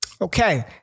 Okay